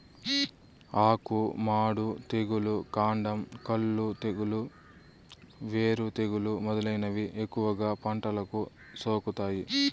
ఆకు మాడు తెగులు, కాండం కుళ్ళు తెగులు, వేరు తెగులు మొదలైనవి ఎక్కువగా పంటలకు సోకుతాయి